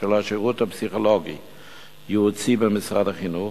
של השירות הפסיכולוגי-ייעוצי במשרד החינוך,